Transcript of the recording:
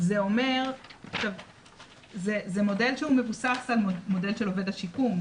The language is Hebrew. זה מודל שמבוסס על מודל של עובד השיקום,